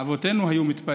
אבותינו שמרו עליו.